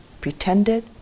pretended